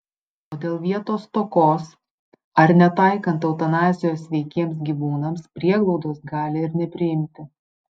o dėl vietos stokos ar netaikant eutanazijos sveikiems gyvūnams prieglaudos gali ir nepriimti